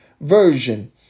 Version